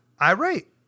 irate